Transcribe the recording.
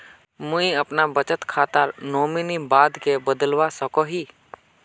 मुई अपना बचत खातार नोमानी बाद के बदलवा सकोहो ही?